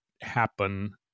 happen